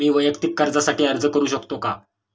मी वैयक्तिक कर्जासाठी अर्ज करू शकतो का?